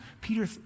peter